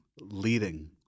Leading